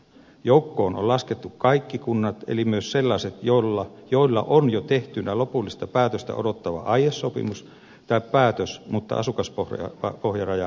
joukkoon on laskettu kaikki kunnat eli myös sellaiset joilla on jo tehtynä lopullista päätöstä odottava aiesopimus tai päätös mutta asukaspohjaraja ei täyty